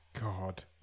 God